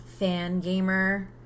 Fangamer